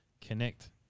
connect